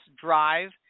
drive